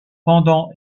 pendant